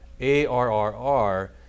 A-R-R-R